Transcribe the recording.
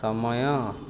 ସମୟ